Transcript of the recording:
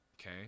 okay